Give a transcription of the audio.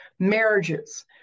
marriages